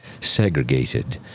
segregated